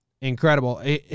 Incredible